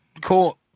court